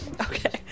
Okay